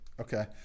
Okay